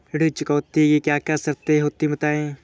ऋण चुकौती की क्या क्या शर्तें होती हैं बताएँ?